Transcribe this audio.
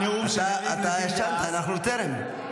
ישנת, אנחנו טרם.